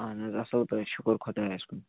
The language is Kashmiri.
اہن حظ اَصٕل پٲٹھۍ شُکُر خۄدایَس کُن